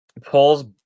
pulls